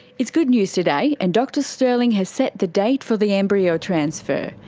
it's good news today, and dr stirling has set the date for the embryo transfer.